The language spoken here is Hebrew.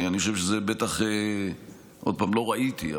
לא ראיתי,